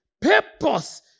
purpose